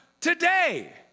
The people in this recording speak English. today